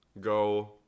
go